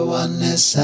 oneness